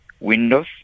windows